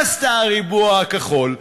מה עשתה "הריבוע הכחול"?